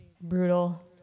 brutal